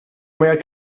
mwyaf